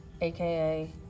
aka